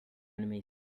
enemies